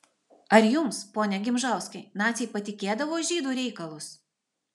ar jums pone gimžauskai naciai patikėdavo žydų reikalus